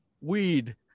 Weed